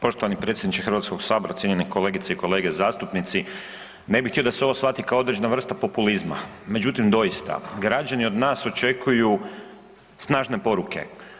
Poštovani predsjedniče Hrvatskog sabora, cijenjene kolegice i kolege zastupnici ne bi htio da se ovo shvati kao određena vrsta populizma međutim doista građani od nas očekuju snažene poruke.